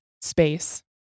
space